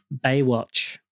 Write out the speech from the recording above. Baywatch